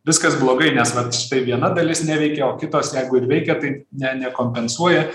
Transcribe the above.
viskas blogai nes vat štai viena dalis neveikia o kitos jeigu ir veikia tai ne nekompensuoja